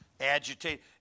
Agitate